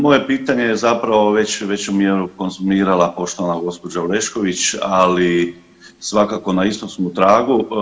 Moje pitanje je zapravo već u većem mjeru konzumirala poštovana gospođa Orešković ali svakako na istom smo tragu.